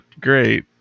great